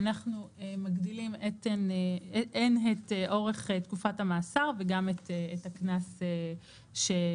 ואנחנו מגדילים הן את אורך תקופת המאסר והן את הקנס שניתן.